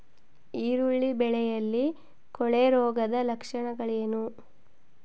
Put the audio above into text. ಈರುಳ್ಳಿ ಬೆಳೆಯಲ್ಲಿ ಕೊಳೆರೋಗದ ಲಕ್ಷಣಗಳೇನು?